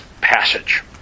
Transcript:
passage